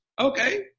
Okay